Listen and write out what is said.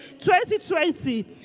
2020